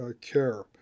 care